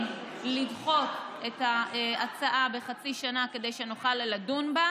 לדחות את ההצעה בחצי שנה כדי שנוכל לדון בה,